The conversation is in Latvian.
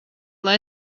lai